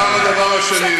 ועכשיו לדבר השני.